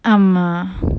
ஆமா:aama